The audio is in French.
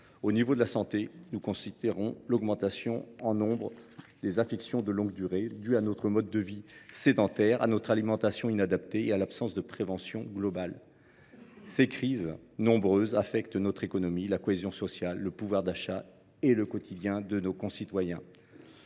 concerne la santé, nous constatons l’augmentation du nombre d’affections de longue durée due à notre mode de vie sédentaire, à notre alimentation inadaptée et à l’absence de prévention globale. Ces crises, nombreuses, affectent notre économie, la cohésion sociale, le pouvoir d’achat et le quotidien de nos concitoyens.